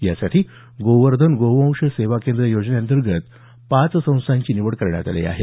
यासाठी गोवर्धन गोवंश सेवा केंद्र योजनेंतर्गत पाच संस्थांची निवड करण्यात आली आहे